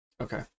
Okay